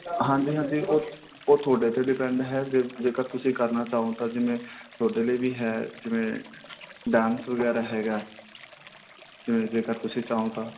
ਹਾਂਜੀ ਹਾਂਜੀ ਉਹ ਉਹ ਤੁਹਾਡੇ 'ਤੇ ਡਿਪੈਂਡ ਹੈ ਜੇ ਜੇਕਰ ਤੁਸੀਂ ਕਰਨਾ ਚਾਹੋ ਤਾਂ ਜਿਵੇਂ ਤੁਹਾਡੇ ਲਈ ਵੀ ਹੈ ਜਿਵੇਂ ਡਾਂਸ ਵਗੈਰਾ ਹੈਗਾ ਜਿਵੇਂ ਜੇਕਰ ਤੁਸੀਂ ਚਾਹੋ ਤਾਂ